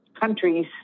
countries